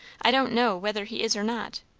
i don't know whether he is or not.